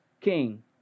king